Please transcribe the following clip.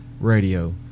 radio